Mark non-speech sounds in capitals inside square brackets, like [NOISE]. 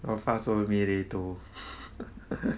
然后 fa so mi re do [LAUGHS]